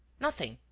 nothing,